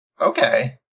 Okay